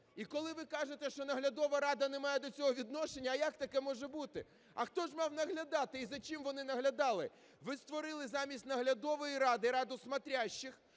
І коли ви кажете, що наглядова рада не має до цього відношення, а як таке може бути, а хто ж мав наглядати, і за чим вони наглядали? Ви створили замість наглядової ради раду "смотрящих",